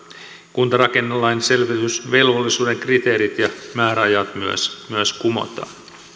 kuntarakennelain selvitysvelvollisuuden kriteerit ja määräajat myös myös kumotaan